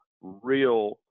real